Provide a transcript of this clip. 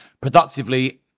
productively